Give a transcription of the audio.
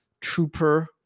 trooper